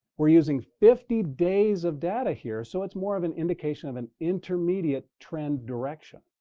we're using fifty days of data here, so it's more of an indication of an intermediate trend direction.